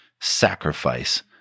sacrifice